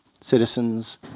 citizens